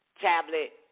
Tablet